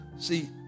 See